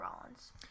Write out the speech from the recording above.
Rollins